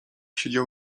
siedział